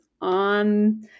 on